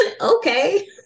okay